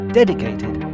dedicated